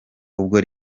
ubwo